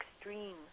extreme